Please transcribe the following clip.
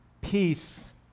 peace